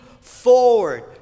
forward